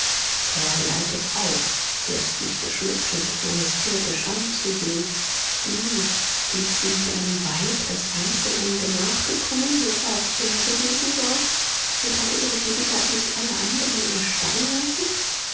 da war die alte frau fürstlich geschmückt und majestätisch anzusehen wie glich sie nicht einem weib das einst in ein gemach gekommen wo auch er gewesen war und hatte ihre gegenwart nicht alle andern erstarren lassen